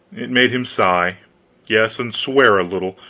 it made him sigh yes, and swear a little,